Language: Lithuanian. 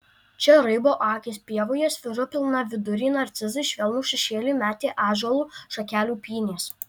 čia raibo akys pievoje sviro pilnaviduriai narcizai švelnų šešėlį metė ąžuolo šakelių pynės